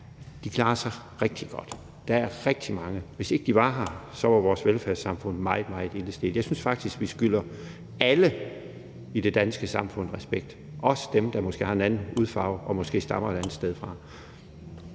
De klarer sig rigtig godt. Der er rigtig mange, og hvis ikke de var her, var vores velfærdssamfund meget, meget ilde stedt. Jeg synes faktisk, vi skylder alle i det danske samfund respekt, også dem, der måske har en anden hudfarve og måske stammer et andet sted fra.